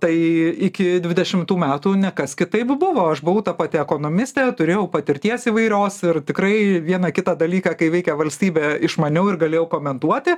tai iki dvidešimtų metų ne kas kitaip buvo aš buvau ta pati ekonomistė turėjau patirties įvairios ir tikrai vieną kitą dalyką kai veikia valstybė išmaniau ir galėjau komentuoti